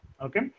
Okay